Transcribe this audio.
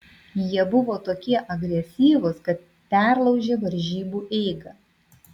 jie buvo tokie agresyvūs kad perlaužė varžybų eigą